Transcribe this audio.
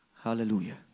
Hallelujah